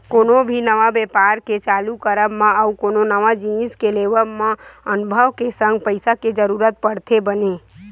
कोनो भी नवा बेपार के चालू करब मा अउ कोनो नवा जिनिस के लेवब म अनभव के संग पइसा के जरुरत पड़थे बने